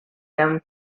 them